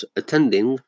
attending